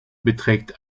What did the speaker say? beträgt